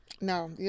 No